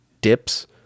dips